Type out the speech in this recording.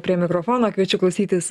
prie mikrofono kviečiu klausytis